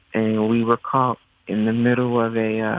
and we were caught in the middle of a ah